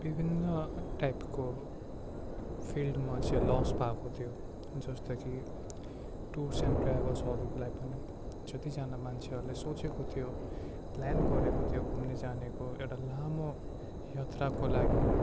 विभिन्न टाइपको फिल्डमा चाहिँ लस भएको थियो जस्तो कि टुर्स एन्ड ट्राभल्सहरूकोलाई पनि जतिजना मान्छेहरूले सोचेको थियो प्लान गरेको थियो घुम्ने जानेको एउटा लामो यात्राको लागि